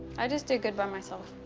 i just did good by myself.